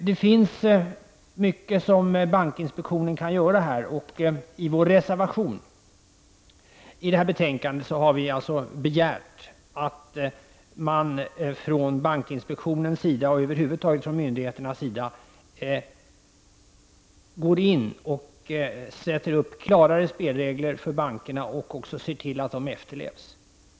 Det finns mycket som bankinspektionen kan göra här, och i vår reservation till detta betänkande har vi begärt att bankinspektionen och myndigheterna går in och sätter upp klara spelregler för bankerna samt ser till att de efterlevs.